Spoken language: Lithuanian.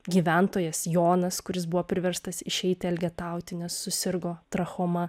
gyventojas jonas kuris buvo priverstas išeiti elgetauti nes susirgo trachoma